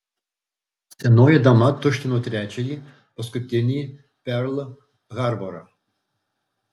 senoji dama tuštino trečiąjį paskutinį perl harborą